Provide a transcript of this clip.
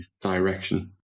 direction